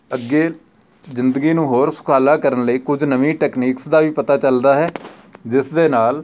ਅੱਗੇ ਜ਼ਿੰਦਗੀ ਨੂੰ ਹੋਰ ਸੁਖਾਲਾ ਕਰਨ ਲਈ ਕੁਝ ਨਵੀਂ ਟੈਕਨੀਕਸ ਦਾ ਵੀ ਪਤਾ ਚੱਲਦਾ ਹੈ ਜਿਸ ਦੇ ਨਾਲ